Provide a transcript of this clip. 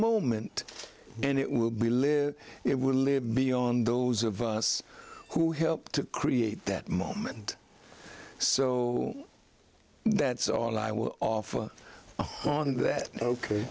moment and it will be live it will live beyond those of us who helped create that moment so that's all i will offer on that ok